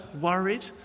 worried